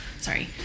sorry